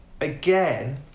again